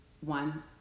one